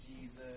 Jesus